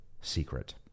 secret